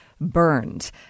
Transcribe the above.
burned